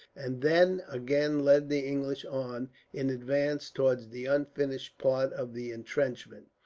and then again led the english on in advance towards the unfinished part of the entrenchment.